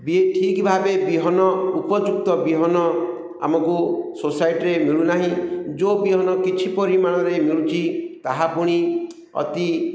ବି ଠିକ୍ ଭାବେ ବିହନ ଉପଯୁକ୍ତ ବିହନ ଆମକୁ ସୋସାଇଟିରେ ମିଳୁନାହିଁ ଯେଉଁ ବିହନ କିଛି ପରିମାଣରେ ମିଳୁଛି ତାହା ପୁଣି ଅତି